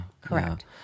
Correct